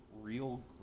real